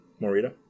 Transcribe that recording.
Morita